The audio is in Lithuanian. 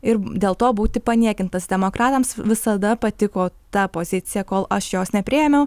ir dėl to būti paniekintas demokratams visada patiko ta pozicija kol aš jos nepriėmiau